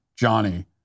Johnny